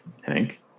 Hank